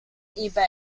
ebay